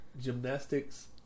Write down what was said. gymnastics